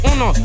Uno